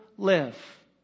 live